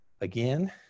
again